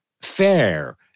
fair